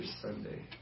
Sunday